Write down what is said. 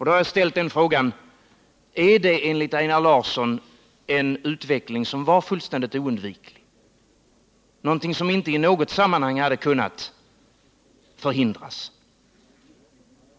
Då har jag ställt frågan: Är det enligt Einar Larsson en utveckling som var fullständigt oundviklig, någonting som inte i något sammanhang hade kunnat förhindras?